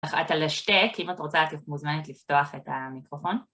אחת על השתק, אם את רוצה, את מוזמנת לפתוח את המיקרופון.